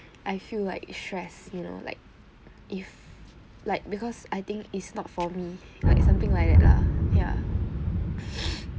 I feel like stress you know like if like because I think is not for me like something like that lah ya